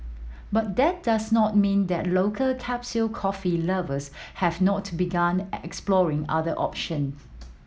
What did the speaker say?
but that does not mean that local capsule coffee lovers have not begun exploring other options